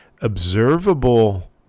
observable